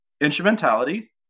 instrumentality